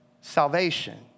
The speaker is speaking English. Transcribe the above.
salvation